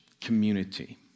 community